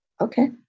Okay